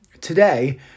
today